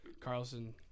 Carlson